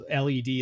LED